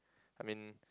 I mean